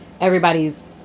everybody's